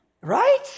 Right